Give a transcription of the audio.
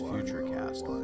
Futurecast